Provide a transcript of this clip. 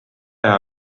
hea